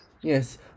Yes